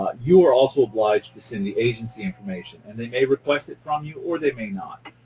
ah you are also obliged to send the agency information, and they may request it from you or they may not.